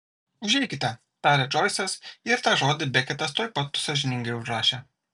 užeikite tarė džoisas ir tą žodį beketas tuoj pat sąžiningai užrašė